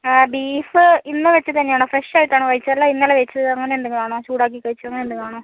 beef ഇന്ന് വെച്ചത് തന്നെയാണോ ഫ്രഷ് ആയിട്ടാണോ കഴിച്ചത് അല്ല ഇന്നലെ വെച്ചത് അങ്ങനെ എന്തെങ്കിലും ആണോ ചൂടാക്കിക്കഴിച്ചത് എന്തെങ്കിലും ആണോ